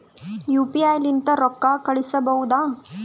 UPI ಲಿಂದ ರೊಕ್ಕ ಕಳಿಸಬಹುದಾ?